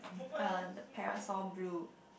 uh the parasol blue